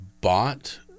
bought